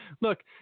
Look